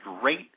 great